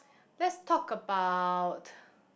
let's talk about